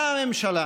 באה הממשלה